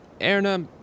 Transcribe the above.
Erna